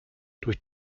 durch